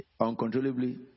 uncontrollably